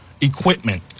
equipment